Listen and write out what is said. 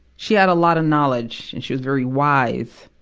she had a lot of knowledge, and she was very wise,